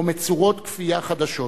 או מצורות כפייה חדשות.